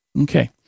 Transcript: Okay